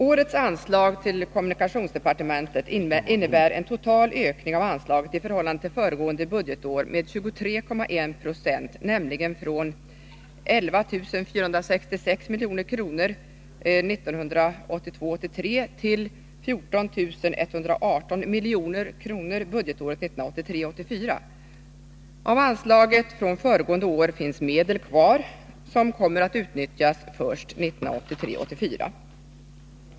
Årets anslag till kommunikationsdepartementet innebär en total ökning av anslaget i förhållande till föregående budgetår med 23,1 20, nämligen från 11 466 milj.kr. 1982 84. Av anslaget från föregående år finns medel kvar som kommer att utnyttjas först 1983/84.